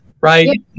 right